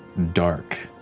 dark.